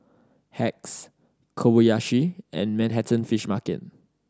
Hacks Kobayashi and Manhattan Fish Market